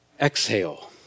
exhale